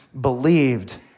believed